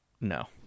No